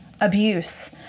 abuse